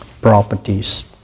properties